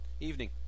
Evening